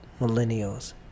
millennials